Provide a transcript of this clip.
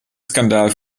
skandal